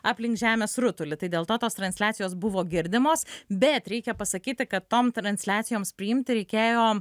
aplink žemės rutulį tai dėl to tos transliacijos buvo girdimos bet reikia pasakyti kad tom transliacijoms priimti reikėjo